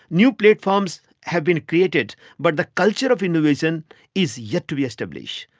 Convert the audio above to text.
new platforms have been created but the culture of innovation is yet to be established.